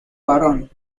varón